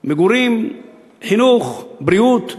מגורים, חינוך, בריאות ושיכון.